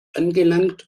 angelangt